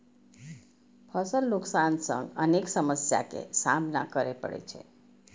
फसल नुकसान सं अनेक समस्या के सामना करै पड़ै छै